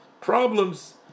problems